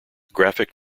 graphic